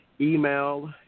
email